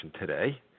today